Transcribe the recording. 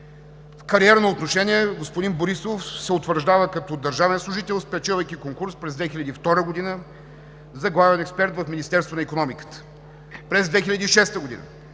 В кариерно отношение господин Борисов се утвърждава като държавен служител, спечелвайки конкурс през 2002 г. за главен експерт в Министерството на икономиката. През 2006 г.